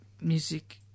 music